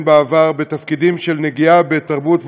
בעבר בתפקידים של נגיעה בתרבות ואמנות.